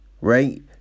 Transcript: right